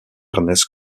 ernest